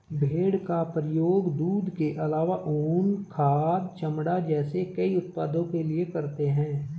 भेड़ का प्रयोग दूध के आलावा ऊन, खाद, चमड़ा जैसे कई उत्पादों के लिए करते है